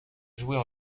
jouer